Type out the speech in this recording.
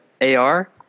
AR